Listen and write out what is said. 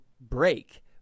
break